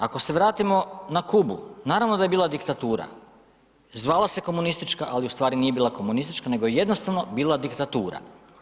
Ako se vratimo na Kubu, naravno da je bila diktatura, zvala se komunistička, ali u stvari nije bila komunistička nego je jednostavno bila diktatura.